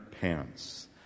pants